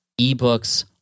eBooks